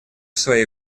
своей